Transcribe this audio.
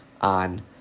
on